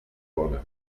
bona